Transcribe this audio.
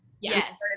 Yes